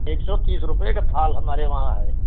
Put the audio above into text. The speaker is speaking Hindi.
एक सौ तीस रुपये क थाल हमारे वहाँ है